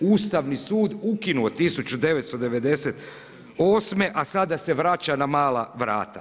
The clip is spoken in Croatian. Ustavni su ukinuo 1998., a sada se vraća na mala vrata.